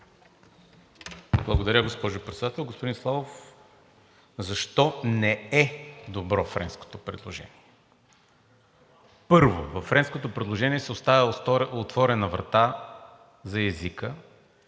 Благодаря, госпожо Председател. Господин Славов, защо не е добро френското предложение? Първо, във френското предложение се оставя отворена врата за езика